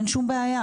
אין שום בעיה.